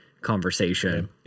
conversation